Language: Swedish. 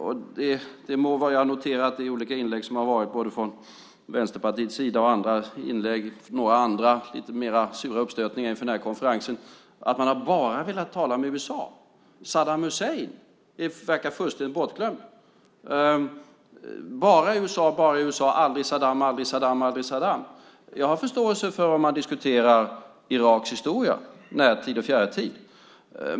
Det må vara noterat att man i olika inlägg från Vänsterpartiets sida och i andra lite mer sura uppstötningar inför konferensen bara har velat tala om USA. Saddam Hussein verkar fullständigt bortglömd - bara USA, bara USA, aldrig Saddam, aldrig Saddam, aldrig Saddam. Jag har förståelse för att man diskuterar Iraks historia, närtid och fjärrtid.